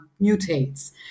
mutates